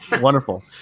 wonderful